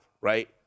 right